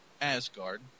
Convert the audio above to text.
Asgard